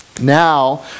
Now